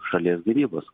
šalies gynybos